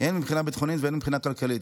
הן מבחינה ביטחונית והן מבחינה כלכלית.